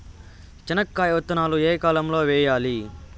చెనక్కాయ విత్తనాలు ఏ కాలం లో వేయాలి?